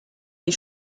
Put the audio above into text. les